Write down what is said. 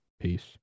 Peace